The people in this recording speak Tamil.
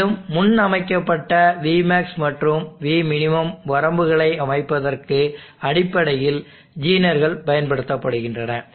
மேலும் முன்னமைக்கப்பட்ட vmax மற்றும் vmin வரம்புகளை அமைப்பதற்கு அடிப்படையில் ஜீனர்கள் பயன்படுத்தப்படுகின்றன